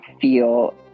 feel